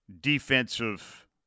defensive